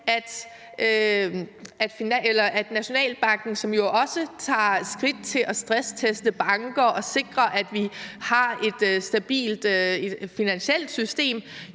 at Nationalbanken, som også tager skridt til at stressteste banker og sikre, at vi har et stabilt finansielt system,